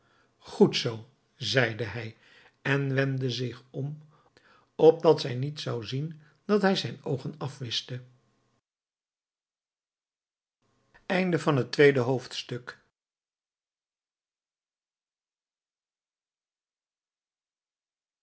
goed zoo zeide hij en wendde zich om opdat zij niet zou zien dat hij zijn oogen afwischte